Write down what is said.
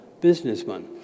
businessman